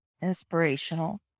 inspirational